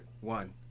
One